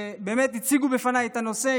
שהציגו בפניי את הנושא.